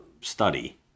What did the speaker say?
study